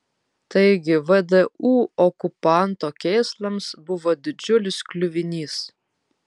taigi vdu okupanto kėslams buvo didžiulis kliuvinys